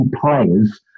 players